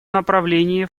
направлении